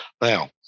Now